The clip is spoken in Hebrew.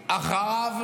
מחרים אחריו,